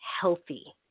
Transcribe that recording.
healthy